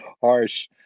harsh